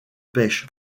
pêche